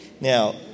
Now